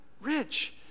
rich